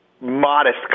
modest